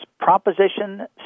proposition